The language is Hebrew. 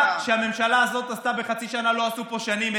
מה שהממשלה הזו בחצי שנה עשתה לא עשו בארבע שנים.